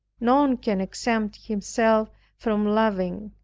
none can exempt himself from loving